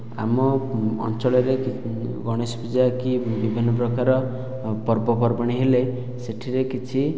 ଆମ ଅଞ୍ଚଳରେ ଗଣେଶ ପୂଜା କି ବିଭିନ୍ନ ପ୍ରକାରର ପର୍ବପର୍ବାଣି ହେଲେ ସେହିଠାରେ କିଛି